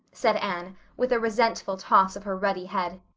said anne, with a resentful toss of her ruddy head.